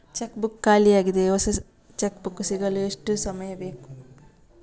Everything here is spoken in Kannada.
ಚೆಕ್ ಬುಕ್ ಖಾಲಿ ಯಾಗಿದೆ, ಹೊಸ ಚೆಕ್ ಬುಕ್ ಸಿಗಲು ಎಷ್ಟು ಸಮಯ ಬೇಕು?